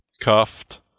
cuffed